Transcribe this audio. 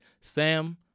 Sam